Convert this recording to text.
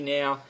now